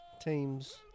teams